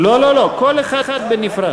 לא לא לא, כל אחד בנפרד.